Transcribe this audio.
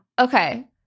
okay